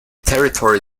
territory